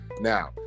Now